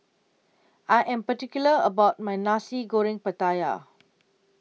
I Am particular about My Nasi Goreng Pattaya